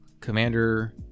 commander